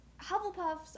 Hufflepuffs